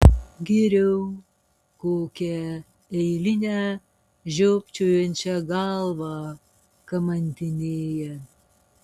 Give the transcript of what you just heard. geriau kokią eilinę žiopčiojančią galvą kamantinėja